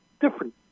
different